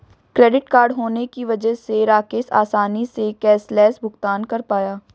credit card होने की वजह से राकेश आसानी से कैशलैस भुगतान कर पाया